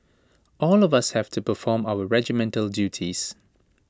all of us have to perform our regimental duties